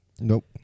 Nope